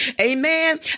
Amen